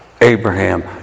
Abraham